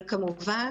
אבל כמובן,